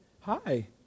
Hi